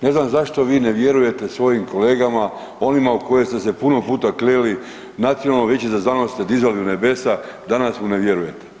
Ne znam zašto vi ne vjerujte svojim kolegama, onima u koje ste se puno puta kleli, Nacionalno vijeće za znanost ste dizali u nebesa, danas mu ne vjerujete.